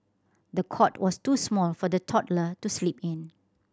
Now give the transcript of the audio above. the cot was too small for the toddler to sleep in